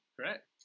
correct